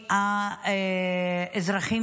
מה אתה עושה שם בוועדה?